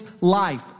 life